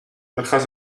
has